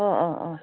অঁ অঁ অঁ